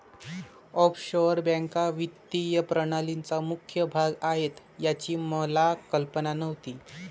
offshore बँका वित्तीय प्रणालीचा मुख्य भाग आहेत याची मला कल्पना नव्हती